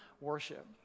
worship